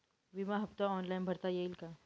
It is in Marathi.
विमा हफ्ता ऑनलाईन भरता येईल का?